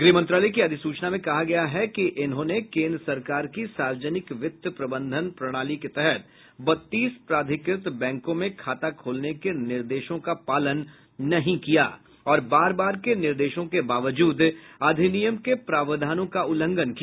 गृह मंत्रालय की अधिसूचना में कहा गया है कि इन्होंने केन्द्र सरकार की सार्वजनिक वित्त प्रबंधन प्रणाली के तहत बत्तीस प्राधिकृत बैंकों में खाता खोलने के निर्देशों का पालन नहीं किया और बार बार के निर्देशों के बावजूद अधिनियम के प्रावधानों का उल्लंघन किया